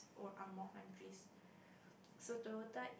old angmoh countries so Toyota